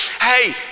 hey